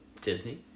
Disney